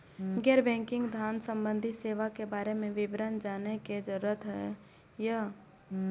गैर बैंकिंग धान सम्बन्धी सेवा के बारे में विवरण जानय के जरुरत होय हय?